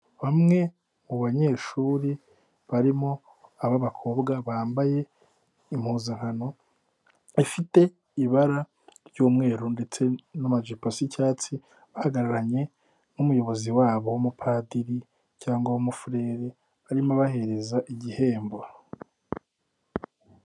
Bamwe mu banyeshuri barimo ab'abakobwa, bambaye impuzankano ifite ibara ry'umweru ndetse n'amajipo cy'icyatsi, bahagararanye n'umuyobozi wabo w'umupadiri cyangwa w'umufurere, arimo abahereza igihembo.